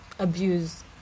abuse